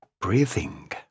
breathing